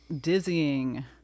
dizzying